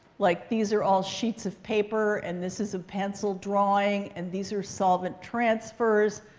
like, these are all sheets of paper. and this is a pencil drawing. and these are solvent transfers.